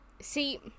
See